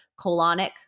colonic